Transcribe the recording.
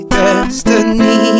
destiny